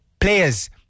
players